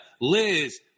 Liz